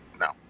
No